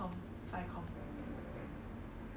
!aiyo! how ah